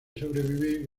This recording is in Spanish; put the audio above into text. sobrevivir